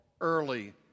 early